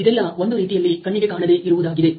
ಇದೆಲ್ಲಾಒಂದು ರೀತಿಯಲ್ಲಿ ಕಣ್ಣಿಗೆ ಕಾಣದೆ ಇರುವುದಾಗಿದೆ